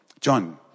John